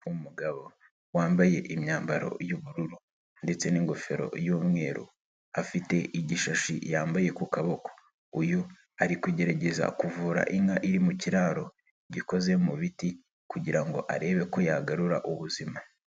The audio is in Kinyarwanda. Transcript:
Umugabo wambaye imyambaro y'ubururu ndetse n'ingofero y'umweru, afite igishashi yambaye ku kaboko. Uyu ari kugerageza kuvura inka iri mu kiraro gikoze mu biti, kugira ngo arebe ko yagarura ubuzima.